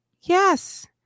Yes